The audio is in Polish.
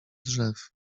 drzew